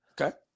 Okay